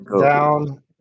down